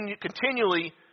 continually